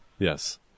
Yes